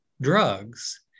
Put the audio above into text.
drugs